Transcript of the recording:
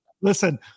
Listen